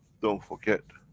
don't forget,